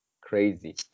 crazy